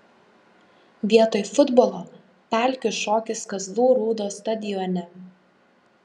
vietoj futbolo pelkių šokis kazlų rūdos stadione